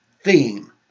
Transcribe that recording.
theme